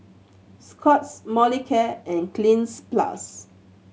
Scott's Molicare and Cleanz Plus